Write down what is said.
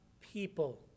people